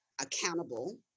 accountable